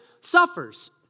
suffers